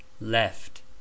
left